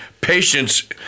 patience